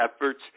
efforts